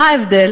מה ההבדל?